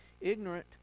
ignorant